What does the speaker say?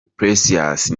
precious